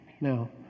Now